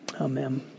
amen